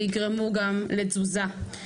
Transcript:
ויגרמו גם לתזוזה.